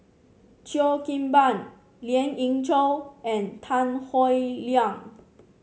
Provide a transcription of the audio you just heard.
Cheo Kim Ban Lien Ying Chow and Tan Howe Liang